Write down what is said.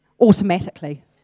automatically